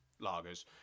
lagers